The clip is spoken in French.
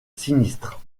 sinistre